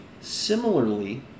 Similarly